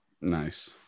Nice